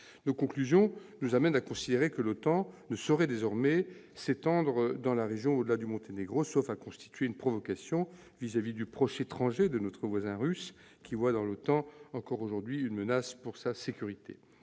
Nos conclusions nous amènent à considérer que l'OTAN ne saurait désormais s'étendre dans la région au-delà du Monténégro, sauf à constituer une provocation à l'égard de notre voisin russe, qui voit dans l'OTAN, aujourd'hui encore, une menace pour sa sécurité.